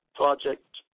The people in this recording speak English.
project